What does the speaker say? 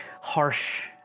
harsh